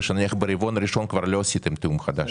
שנניח ברבעון האחרון של השנה כבר לא עשיתם תיאום חדש.